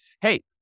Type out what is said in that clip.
hey